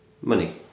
money